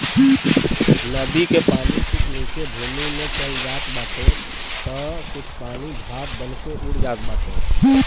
नदी के पानी कुछ नीचे भूमि में चल जात बाटे तअ कुछ पानी भाप बनके उड़ जात बाटे